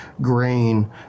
grain